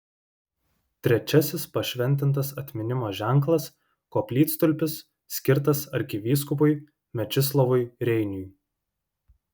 trečiasis pašventintas atminimo ženklas koplytstulpis skirtas arkivyskupui mečislovui reiniui